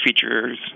features